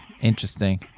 Interesting